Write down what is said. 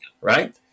right